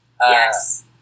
Yes